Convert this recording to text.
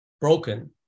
broken